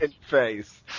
face